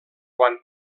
quan